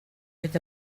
with